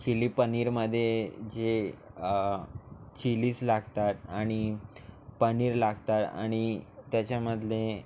chilli पनीरमध्ये जे chillies लागतात आणि पनीर लागतात आणि त्याच्यामधले